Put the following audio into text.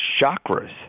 chakras